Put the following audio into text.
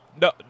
No